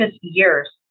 years